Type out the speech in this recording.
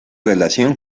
relación